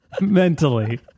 mentally